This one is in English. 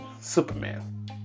Superman